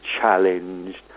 challenged